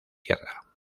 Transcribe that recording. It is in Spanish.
tierra